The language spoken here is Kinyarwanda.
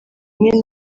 amwe